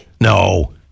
No